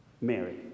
Mary